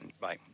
Bye